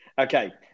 okay